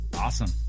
Awesome